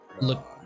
look